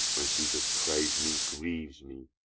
when she does praise me grieves me.